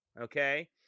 Okay